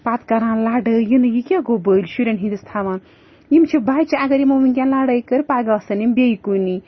پَتہٕ کَران لَڑٲے یہِ نہٕ یہِ کیٛاہ گوٚو بٔلۍ شُرٮ۪ن ہِنٛدِس تھاوان یِم چھِ بَچہٕ اگر یِمو وٕنۍکٮ۪ن لَڑٲے کٔر پگاہ آسَن یِم بیٚیہِ کُنی